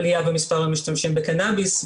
עלייה במספר המשתמשים בקנאביס,